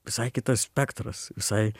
visai kitas spektras visai